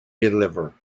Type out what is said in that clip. deliver